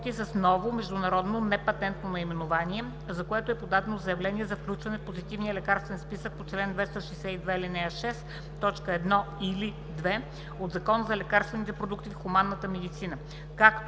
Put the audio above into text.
продукти с ново международно непатентно наименование, за което е подадено заявление за включване в позитивния лекарствен списък по чл. 262, ал. 6, т. 1 или 2 от Закона за лекарствените продукти в хуманната медицина,